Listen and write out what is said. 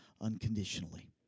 unconditionally